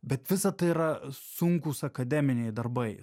bet visa tai yra sunkūs akademiniai darbai